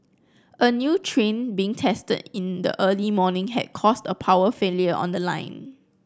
a new train being tested in the early morning had caused a power failure on the line